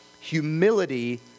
humility